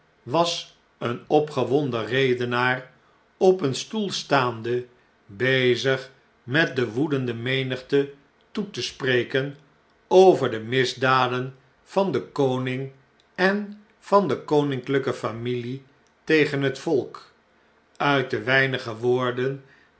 was een opgewonden redenaar op een stoel staande bezig met de woedende menigte toe te spreken over de misdaden van den koning en van de koninklpe familie tegen het volk uit de weinige woorden